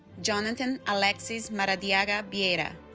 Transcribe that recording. jonathan alexis maradiaga viera